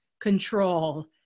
control